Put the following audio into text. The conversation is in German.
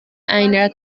einer